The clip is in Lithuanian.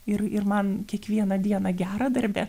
ir ir man kiekvieną dieną gera darbe